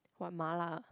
what ma-la ah